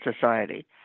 society